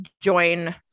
join